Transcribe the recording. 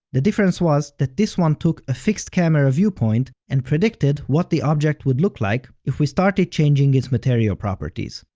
the difference was that this one took a fixed camera viewpoint, and predicted what the object would look like if we started changing its material properties.